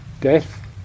death